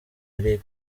eric